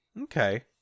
okay